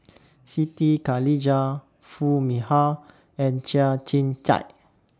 Siti Khalijah Foo Mee Har and Chia Tee Chiak